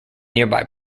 nearby